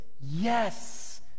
Yes